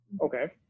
Okay